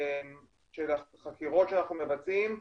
של החקירות שאנחנו מבצעים,